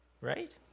Right